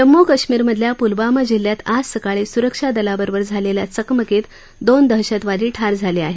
जम्मू कश्मीरमधल्या पुलवामा जिल्ह्यात आज सकाळी सुरक्षा दलासोबत झालेल्या चकमकीत दोन दहशतवादी ठार झाले आहेत